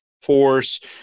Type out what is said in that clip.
force